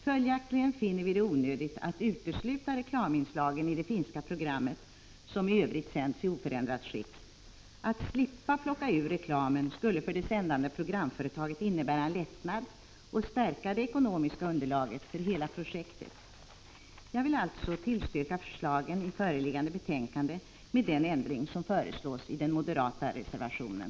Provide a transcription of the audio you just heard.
Följaktligen finner vi det onödigt att utesluta reklaminslagen i det finska programmet, som i övrigt sänds i oförändrat skick. Att slippa plocka ur reklamen skulle för det sändande programföretaget innebära en lättnad och stärka det ekonomiska underlaget för hela projektet. Jag vill alltså tillstyrka förslagen i föreliggande betänkanden med den ändring som föreslås i den moderata reservationen.